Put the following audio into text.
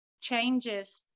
changes